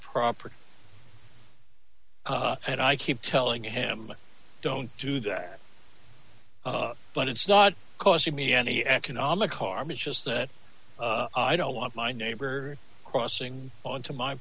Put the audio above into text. property and i keep telling him don't do that but it's not causing me any economic harm it's just that i don't want my neighbor crossing on to my